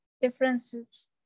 differences